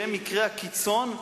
שהם מקרי הקיצון,